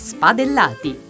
Spadellati